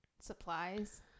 supplies